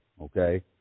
Okay